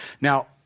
Now